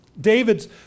David's